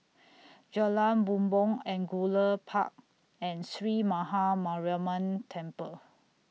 Jalan Bumbong Angullia Park and Sree Maha Mariamman Temple